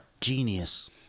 Genius